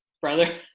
brother